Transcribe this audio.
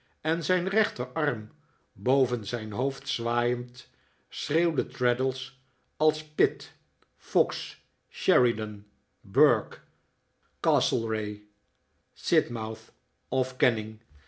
en zijn rechterarm boven zijn hoofd zwaaiend schreeuwde traddles als pitt fox sheridan burke castlereagh sidmouth of canning